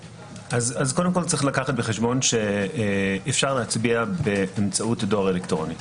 צריך לקחת בחשבון שאפשר להצביע באמצעות דואר אלקטרוני,